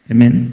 Amen